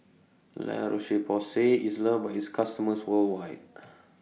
La Roche Porsay IS loved By its customers worldwide